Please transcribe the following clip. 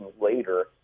later